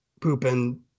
pooping